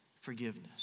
forgiveness